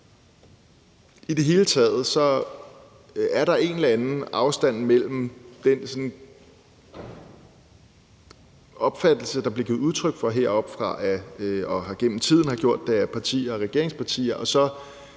I det hele taget er der en eller anden afstand mellem den opfattelse, der bliver og er blevet givet udtryk for heroppefra af partier og regeringspartier,